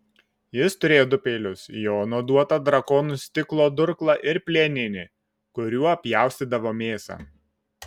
jis turėjo du peilius jono duotą drakonų stiklo durklą ir plieninį kuriuo pjaustydavo mėsą